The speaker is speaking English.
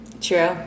True